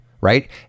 Right